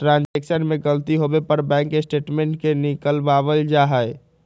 transaction में गलती होवे पर बैंक स्टेटमेंट के निकलवावल जा हई